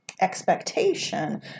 expectation